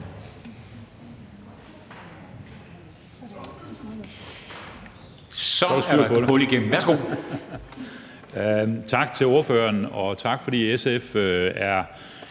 Tak til ordføreren, og tak, fordi SF er